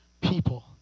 people